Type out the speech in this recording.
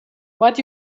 but